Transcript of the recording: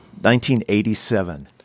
1987